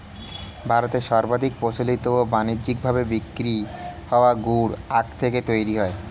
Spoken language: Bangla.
ভারতে সর্বাধিক প্রচলিত ও বানিজ্যিক ভাবে বিক্রি হওয়া গুড় আখ থেকেই তৈরি হয়